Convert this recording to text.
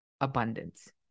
abundance